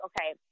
okay